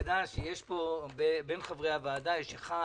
אתה יודע, בין חברי הוועדה יש אחד